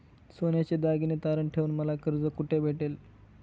सोन्याचे दागिने तारण ठेवून मला कर्ज कुठे भेटेल?